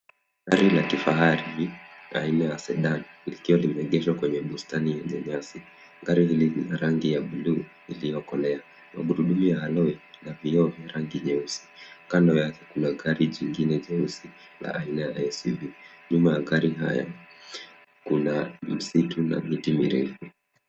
Gari la kifahari aina ya Sedan limeegeshwa kwenye bustani ya nyasi. Gari hili lina rangi ya buluu iliyo kolea, magurudumu ya alloy ya juu na vioo rangi vyeusi. Kando yake kuna gari jingine jeusi la aina ya SUV. Nyuma ya gari haya, kuna msitu na miti mirefu.